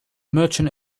merchant